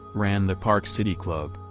ran the park city club,